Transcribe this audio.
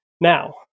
Now